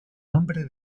nombre